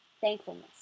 Thankfulness